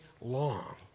long